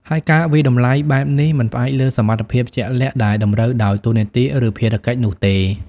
ហើយការវាយតម្លៃបែបនេះមិនផ្អែកលើសមត្ថភាពជាក់លាក់ដែលតម្រូវដោយតួនាទី ឬភារកិច្ចនោះទេ។